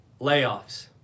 Layoffs